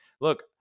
look